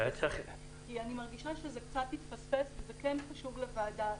אני מרגישה שזה קצת התפספס וזה כן חשוב לוועדה.